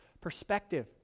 perspective